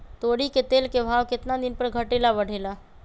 तोरी के तेल के भाव केतना दिन पर घटे ला बढ़े ला?